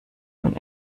nun